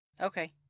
Okay